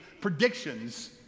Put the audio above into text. predictions